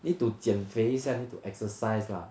need to 减肥一下 need to exercise lah